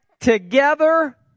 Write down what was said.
together